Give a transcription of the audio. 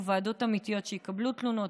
יהיו ועדות אמיתיות שיקבלו תלונות,